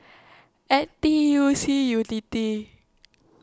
N T U C Unity